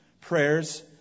prayers